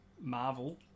Marvel